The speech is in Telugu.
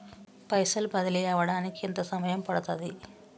పైసలు బదిలీ అవడానికి ఎంత సమయం పడుతది?